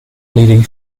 leading